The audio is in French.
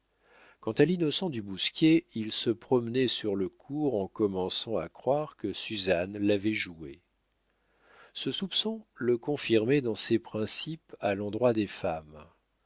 quant à l'innocent du bousquier il se promenait sur le cours en commençant à croire que suzanne l'avait joué ce soupçon le confirmait dans ses principes à l'endroit des femmes